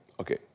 okay